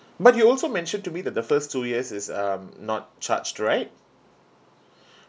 but you also mentioned to me that the first two years is um not charged right